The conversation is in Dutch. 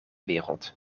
wereld